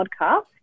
Podcast